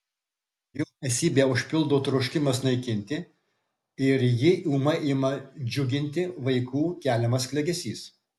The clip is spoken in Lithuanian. jo esybę užpildo troškimas naikinti ir jį ūmai ima džiuginti vaikų keliamas klegesys